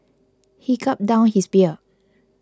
he gulped down his beer